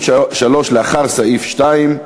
יש הסתייגות 3 לאחר סעיף 2,